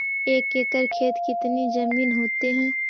एक एकड़ खेत कितनी जमीन होते हैं?